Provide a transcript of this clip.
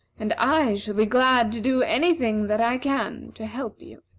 and i shall be glad to do any thing that i can to help you.